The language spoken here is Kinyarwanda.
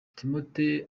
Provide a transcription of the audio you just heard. timothy